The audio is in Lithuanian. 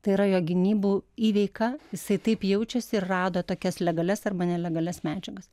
tai yra jo gynybų įveika jisai taip jaučiasi ir rado tokias legalias arba nelegalias medžiagas